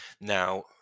now